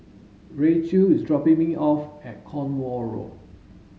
Racheal is dropping me off at Cornwall Road